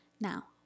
Now